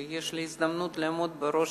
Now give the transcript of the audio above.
שיש לי הזדמנות לעמוד בראש